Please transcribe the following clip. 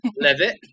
Levitt